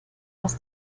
was